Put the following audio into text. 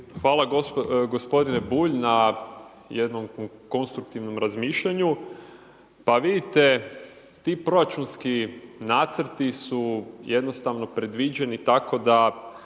Hvala gospodine Bulj na jednom konstruktivnom razmišljanju. Pa vidite, ti proračunski nacrti su jednostavno predviđeni tako da